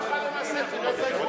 זה מה שקורה